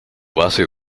base